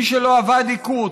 מי שלא עבד, היכו אותו.